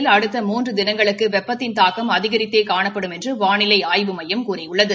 வடதமிழகத்தில் அடுத்த மூன்று தினங்களுக்கு வெப்பத்தின் தாக்கம் அதிகரித்தே காணப்படும் என்று வானிலை ஆய்வு மையம் கூறியுள்ளது